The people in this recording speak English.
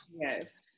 Yes